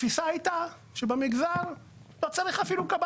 התפיסה הייתה שבמגזר לא צריך אפילו קב״ט.